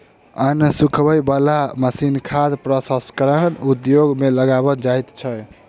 अन्न सुखबय बला मशीन खाद्य प्रसंस्करण उद्योग मे लगाओल जाइत छै